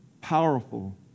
powerful